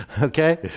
Okay